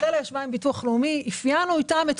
רחל ישבה עם ביטוח לאומי ואפיינו איתם את